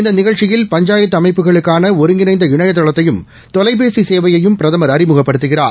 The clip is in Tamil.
இந்த நிகழ்ச்சியில் பஞ்சாயத்து அமைப்புகளுக்கான ஒருங்கிணைந்த இணையதளத்தையும் தொலைபேசி சேவையையும் பிரதமர் அறிமுகப்படுத்துகிறார்